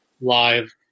live